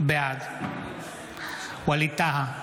בעד ווליד טאהא,